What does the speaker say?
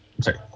sorry